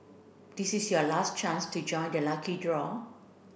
this is your last chance to join the lucky draw